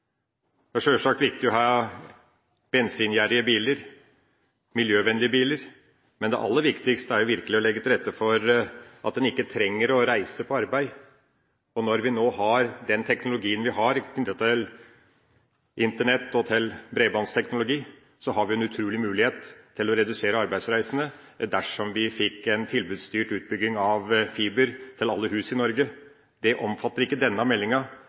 Det er sjølsagt viktig å ha bensingjerrige biler, miljøvennlige biler, men det aller viktigste er å legge til rette for at en ikke trenger å reise på arbeid. Når vi nå har den teknologien vi har med Internett og bredbåndsteknologi, har vi en utrolig mulighet til å redusere arbeidsreisene dersom vi fikk en tilbudsstyrt utbygging av fiber til alle hus i Norge. Det omfattes ikke av denne meldinga,